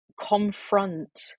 confront